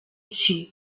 iki